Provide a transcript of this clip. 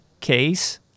case